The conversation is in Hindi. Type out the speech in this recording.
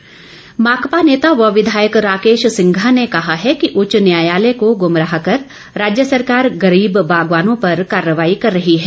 सिंघा माकपा नेता व विधायक राकेश सिंघा ने कहा है कि उच्च न्यायालय को गुमराह कर राज्य सरकार गरीब बागवानों पर कार्रवाई कर रही है